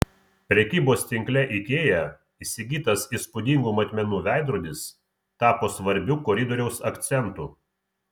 prekybos tinkle ikea įsigytas įspūdingų matmenų veidrodis tapo svarbiu koridoriaus akcentu